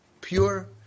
pure